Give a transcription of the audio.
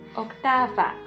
octava